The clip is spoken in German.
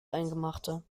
eingemachte